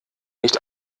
nicht